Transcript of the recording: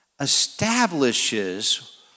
establishes